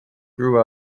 grew